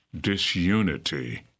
disunity